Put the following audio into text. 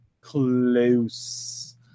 close